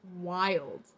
wild